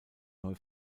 neu